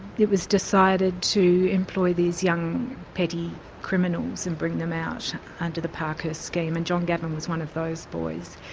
it was decided to employ these young petty criminals and bring them out under the parkhurst scheme, and john gavin was one of those boys.